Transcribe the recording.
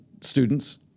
students